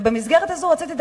במסגרת הזאת רציתי,